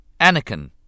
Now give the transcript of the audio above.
Anakin